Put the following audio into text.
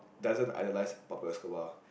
doesn't idolise